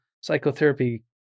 psychotherapy